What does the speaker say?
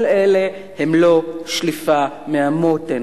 כל אלה הם לא שליפה מהמותן,